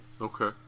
Okay